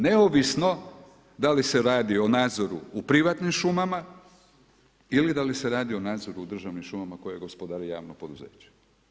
Neovisno da li se radi o nadzoru u privatnim šumama ili da li se radi o nadzoru u državnim šumama koje gospodari javno poduzeće.